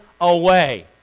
away